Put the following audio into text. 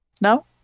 No